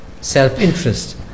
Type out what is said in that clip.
self-interest